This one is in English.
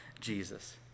Jesus